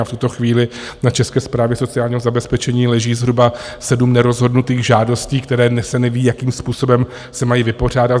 A v tuto chvíli na České správě sociálního zabezpečení leží zhruba sedm nerozhodnutých žádostí, které dnes se neví, jakým způsobem se mají vypořádat.